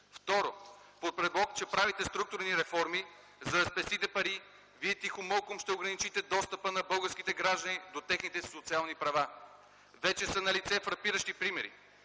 Второ, под предлог, че правите структурни реформи, за да спестите пари, вие тихомълком ще ограничите достъпа на българските граждани до техните социални права. Вече са налице фрапиращи примери.